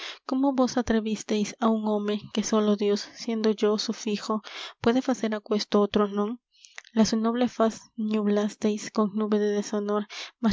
cómo vos atrevisteis á un home que sólo dios siendo yo su fijo puede facer aquesto otro non la su noble faz ñublasteis con nube de deshonor